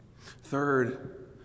Third